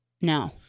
No